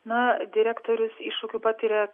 na direktorius iššūkių patiria